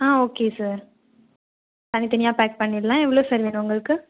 ஆ okay sir தனித்தனியாக pack பண்ணிடலாம் எவ்வளோ சார் வேணும் உங்களுக்கு